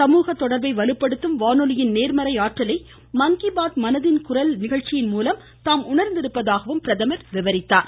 சமூக தொடர்பை வலுப்படுத்தும் வானொலியின் நேர்மறை ஆற்றலை மன்கிபாத் மனதின் குரல் நிகழ்ச்சியின்மூலம் தாம் உணர்ந்திருப்பதாகவும் எடுத்துரைத்தார்